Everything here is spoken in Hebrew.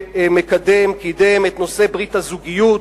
שמקדם וקידם את נושא ברית הזוגיות,